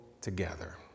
together